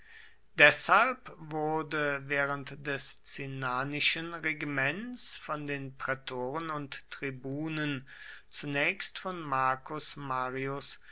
deshalb wurde während des cinnanischen regiments von den prätoren und tribunen zunächst von marcus marius